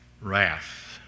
wrath